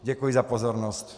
Děkuji za pozornost.